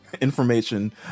information